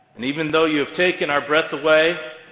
and even though you have taken our breath away,